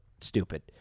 stupid